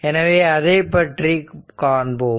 எனவே அதைப் பற்றி காண்போம்